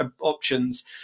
options